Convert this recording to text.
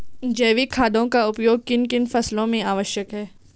जैविक खादों का उपयोग किन किन फसलों में आवश्यक है?